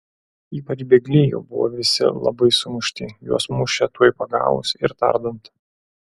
ypač bėgliai jau buvo visi labai sumušti juos mušė tuoj pagavus ir tardant